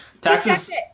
taxes